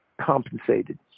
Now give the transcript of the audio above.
compensated